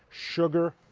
sugar,